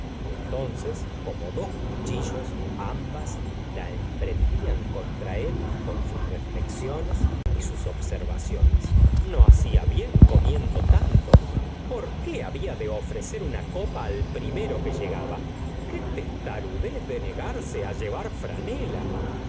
y entonces como dos cuchillos ambas la emprendían contra él con sus reflexiones y sus observaciones no hacia bien comiendo tanto por qué había de ofrecer una copa al primero que llegaba qué testarudez de negarse llevar franela